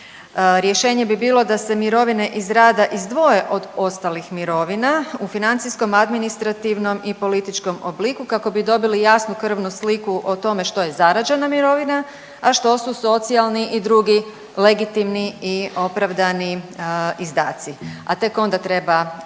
Rješenje bi bilo da se mirovine iz rada izdvoje od ostalih mirovina u financijskom, administrativnom i političkom obliku kako bi dobili jasnu krvnu sliku o tome što je zarađena mirovina, a što su socijalni i drugi legitimni i opravdani izdaci a tek onda treba